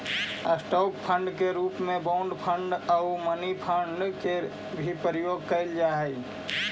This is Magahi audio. स्टॉक फंड के रूप में बॉन्ड फंड आउ मनी फंड के भी प्रयोग कैल जा हई